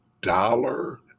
dollar